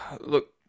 Look